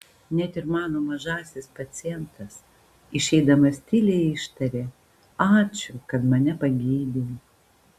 net ir mano mažasis pacientas išeidamas tyliai ištarė ačiū kad mane pagydei